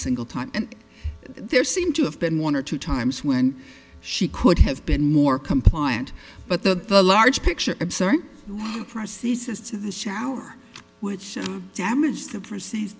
single time and there seem to have been one or two times when she could have been more compliant but that the large picture i'm sorry for ceases to the shower which damaged the proceed